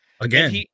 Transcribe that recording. again